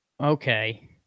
Okay